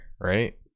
right